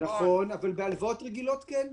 נכון, אבל בהלוואות רגילות כן.